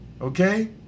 Okay